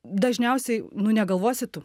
dažniausiai nu negalvosi tu